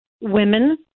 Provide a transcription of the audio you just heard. women